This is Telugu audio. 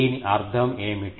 దీని అర్థం ఏమిటి